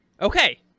okay